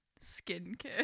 skincare